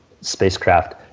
spacecraft